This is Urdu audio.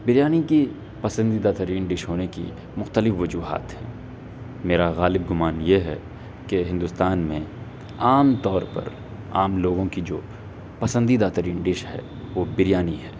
بریانی کی پسندیدہ ترین ڈش ہونے کی مختلف وجوہات ہیں میرا غالب گمان یہ ہے کہ ہندوستان میں عام طور پر عام لوگوں کی جو پسندیدہ ترین ڈش ہے وہ بریانی ہے